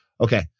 Okay